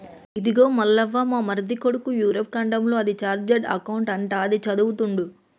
ఇదిగో మల్లవ్వ మా మరిది కొడుకు యూరప్ ఖండంలో అది చార్టెడ్ అకౌంట్ అంట అది చదువుతుండు